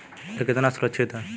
यह कितना सुरक्षित है?